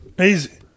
Easy